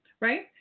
Right